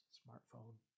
smartphone